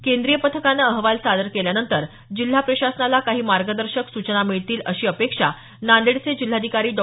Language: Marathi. केंद्रीय पथकानं अहवाल सादर केल्यानंतर जिल्हा प्रशासनाला काही मार्गदर्शक सूचना मिळतील अशी अपेक्षा नांदेडचे जिल्हाधिकारी डॉ